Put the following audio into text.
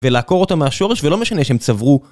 ולעקור אותה מהשורש ולא משנה שהם צברו.